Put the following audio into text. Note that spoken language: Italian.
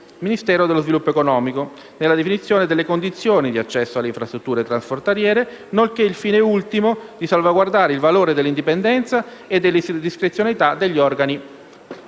Ministero dello sviluppo economico nella definizione delle condizioni di accesso alle infrastrutture transfrontaliere, nonché il fine ultimo di salvaguardare il valore dell'indipendenza e della discrezionalità degli organi